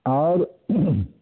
आओर